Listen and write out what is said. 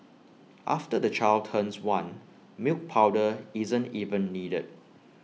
after the child turns one milk powder isn't even needed